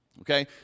Okay